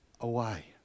away